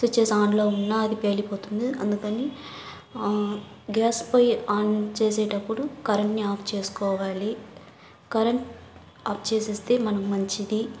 switches ఆన్లో ఉన్నా అది పేలిపోతుంది అందుకని గ్యాస్ పొయ్యి ఆన్ చేసేటప్పుడు కరెంట్ని ఆఫ్ చేసుకోవాలి కరెంట్ ఆఫ్ చేసేస్తే మనం మంచిది